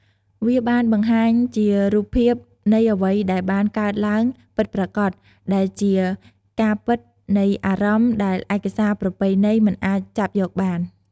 វាបានបង្ហាញជារូបភាពនៃអ្វីដែលបានកើតឡើងពិតប្រាកដ ដែលជាការពិតនៃអារម្មណ៍ដែលឯកសារប្រពៃណីមិនអាចចាប់យកបាន។